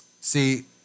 See